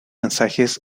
mensajes